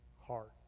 Heart